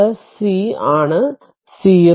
c ആണ് 0